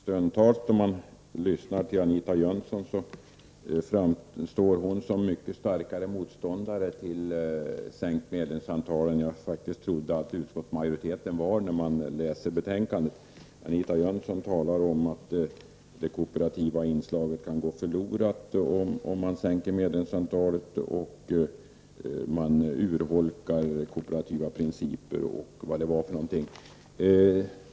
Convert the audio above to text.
Herr talman! Stundtals då man lyssnar på Anita Jönsson framstår hon som mycket starkare motståndare till sänkt medlemsantal än jag faktiskt trodde att utskottsmajoriteten är när man läser betänkandet. Anita Jönsson talar om att det kooperativa inslaget kan gå förlorat om medlemsantalet sänks och de kooperativa principerna urholkas osv.